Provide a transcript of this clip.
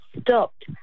stopped